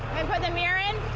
put the mirror in?